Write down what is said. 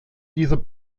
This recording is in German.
dieser